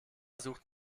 sucht